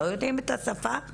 לא יודעים את השפה?